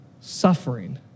suffering